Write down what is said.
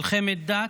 מלחמת דת: